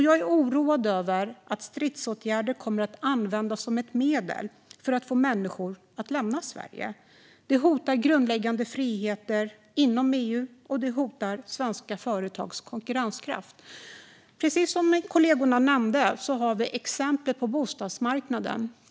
Jag är oroad över att stridsåtgärder kommer att användas som ett medel för att få människor att lämna Sverige. Det hotar grundläggande friheter inom EU, och det hotar svenska företags konkurrenskraft. Precis som kollegorna nämnde finns det sådana exempel på bostadsmarknaden.